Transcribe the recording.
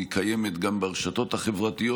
היא קיימת גם ברשתות החברתיות,